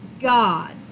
God